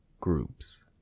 groups